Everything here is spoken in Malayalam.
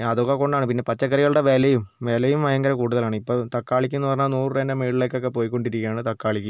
അതൊക്കെക്കൊണ്ടാണ് പിന്നെ പച്ചക്കറികളുടെ വിലയും വിലയും ഭയങ്കര കൂടുതലാണ് ഇപ്പം തക്കാളിക്കെന്ന് പറഞ്ഞാൽ നൂറു രൂപേൻ്റെ മുകളിലേക്കൊക്കെ പോയിക്കൊണ്ടിരിക്കുകയാണ് തക്കാളിക്ക്